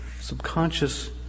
subconscious